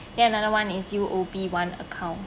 then another [one] is U_O_B one account